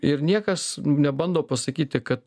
ir niekas nebando pasakyti kad